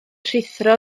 rhuthro